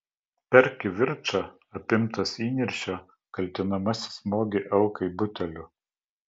per kivirčą apimtas įniršio kaltinamasis smogė aukai buteliu